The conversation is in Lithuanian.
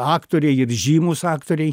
aktoriai ir žymūs aktoriai